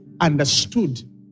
understood